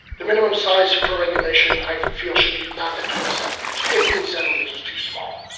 the minimum size for regulation i feel should be left at twenty centimetres. fifteen centimetres is too small.